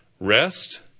rest